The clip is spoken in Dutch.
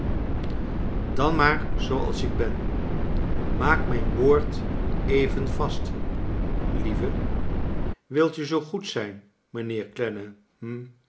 dan maar zooais ik ben maak mijn boord even vast lieve wilt u zoo goed zijn mijnheer